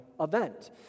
event